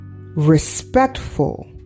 respectful